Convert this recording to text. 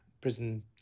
Prison